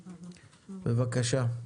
בבקשה.